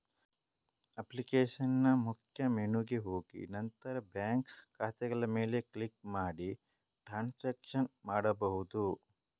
ಅಪ್ಲಿಕೇಶನಿನ ಮುಖ್ಯ ಮೆನುಗೆ ಹೋಗಿ ನಂತರ ಬ್ಯಾಂಕ್ ಖಾತೆಗಳ ಮೇಲೆ ಕ್ಲಿಕ್ ಮಾಡಿ ಟ್ರಾನ್ಸಾಕ್ಷನ್ ಮಾಡ್ಬಹುದು